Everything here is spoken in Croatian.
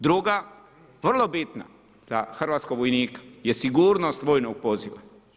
Druga vrlo bitna za hrvatskog vojnika za sigurnost vojnog poziva.